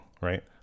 right